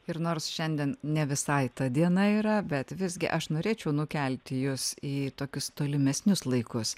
ir nors šiandien ne visai ta diena yra bet visgi aš norėčiau nukelti jus į tokius tolimesnius laikus